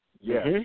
Yes